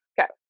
Okay